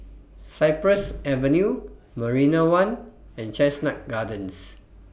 Cypress Avenue Marina one and Chestnut Gardens